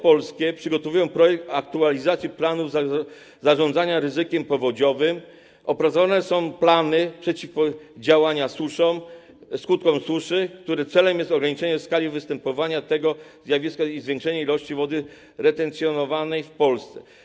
Przygotowują m.in. projekt aktualizacji planów zarządzania ryzykiem powodziowym, opracowywane są plany przeciwdziałania skutkom suszy, których celem jest ograniczenie skali występowania tego zjawiska i zwiększenie ilości wody retencjonowanej w Polsce.